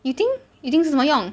you think you think 是什么用